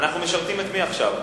אנחנו משרתים את מי עכשיו?